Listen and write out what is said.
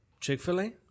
Chick-fil-A